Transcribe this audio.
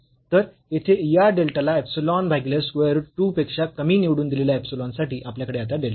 तर येथे या डेल्टा ला इप्सिलॉन भागीले स्क्वेअर रूट 2 पेक्षा कमी निवडून दिलेल्या इप्सिलॉन साठी आपल्याकडे आता डेल्टा आहे